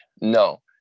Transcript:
No